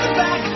back